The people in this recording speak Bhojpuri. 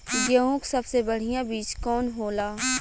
गेहूँक सबसे बढ़िया बिज कवन होला?